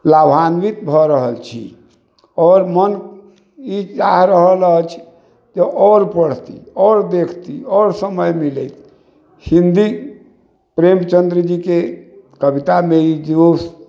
लाभान्वित भऽ रहल छी आओर मन ई चाह रहल अछि जे आओर पढ़ती आओर देखती आओर समय मिलैत हिन्दी प्रेमचन्द्र जी के कविता मे ई जोश